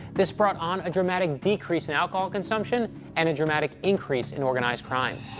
this brought on a dramatic decrease in alcohol consumption and a dramatic increase in organized crime.